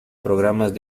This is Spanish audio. programas